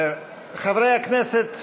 חברי הכנסת,